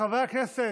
חברי הכנסת,